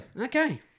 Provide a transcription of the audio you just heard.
Okay